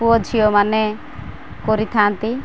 ପୁଅ ଝିଅମାନେ କରିଥାନ୍ତି